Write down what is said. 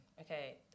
Okay